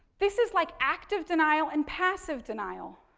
this is like active denial and passive denial.